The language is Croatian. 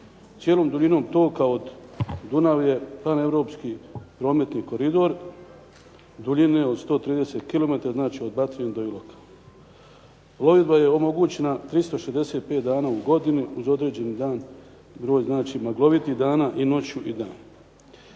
Cijelom duljinom toka Dunav je paneuropski prometni koridor duljine od 130 kilometara, znači od Batine do Iloka. Plovidba je omogućena 365 dana u godini uz određeni broj maglovitih dana i noću i danju.